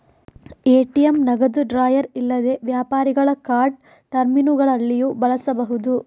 ATM ನಗದು drawer ಇಲ್ಲದೆ ವ್ಯಾಪಾರಿಗಳ ಕಾರ್ಡ್ ಟರ್ಮಿನಲ್ಲುಗಳಲ್ಲಿಯೂ ಬಳಸಬಹುದು